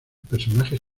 personajes